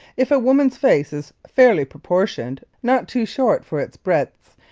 if a woman's face is fairly proportioned, not too short for its breadth,